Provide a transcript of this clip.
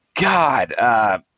God